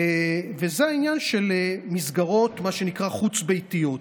וזה העניין של מסגרות, מה שנקרא, חוץ-ביתיות,